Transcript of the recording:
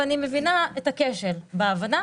ואני מבינה את הכשל בהבנה,